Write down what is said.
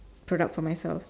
product for myself